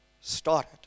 started